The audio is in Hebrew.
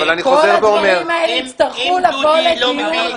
אבל אני חוזר ואומר --- אם דודי לא מביא את זה,